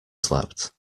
slept